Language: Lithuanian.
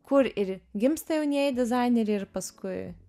kur ir gimsta jaunieji dizaineriai ir paskui